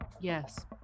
Yes